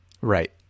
Right